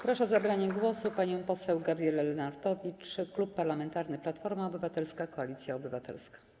Proszę o zabranie głosu panią poseł Gabrielę Lenartowicz, Klub Parlamentarny Platforma Obywatelska - Koalicja Obywatelska.